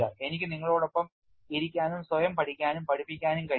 എനിക്ക് നിങ്ങളോടൊപ്പം ഇരിക്കാനും സ്വയം പഠിക്കാനും പഠിപ്പിക്കാനും കഴിയും